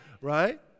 right